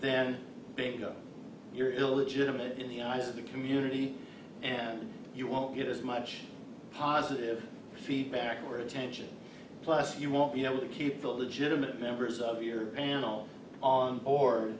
then big you're illegitimate in the eyes of the community and you won't get as much positive feedback or attention plus you won't be able to keep the legitimate members of your panel on or